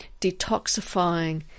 detoxifying